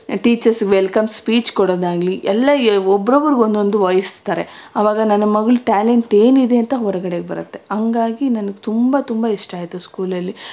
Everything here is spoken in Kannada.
ಟೀಚರ್ಸ್ ವೆಲ್ಕಮ್ ಸ್ಪೀಚ್ ಕೊಡೋದಾಗಲಿ ಎಲ್ಲ ಒಬ್ರೊಬ್ರ್ಗೆ ಒಂದೊಂದು ವಹಿಸ್ತಾರೆ ಆವಾಗ ನನ್ನ ಮಗಳು ಟ್ಯಾಲೆಂಟ್ ಏನಿದೆ ಅಂತ ಹೊರ್ಗಡೆಗೆ ಬರುತ್ತೆ ಹಂಗಾಗಿ ನನ್ಗೆ ತುಂಬ ತುಂಬ ಇಷ್ಟ ಆಯಿತು ಸ್ಕೂಲಲ್ಲಿ